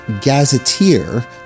gazetteer